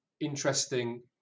interesting